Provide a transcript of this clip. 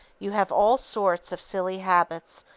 you have all sorts of silly habits,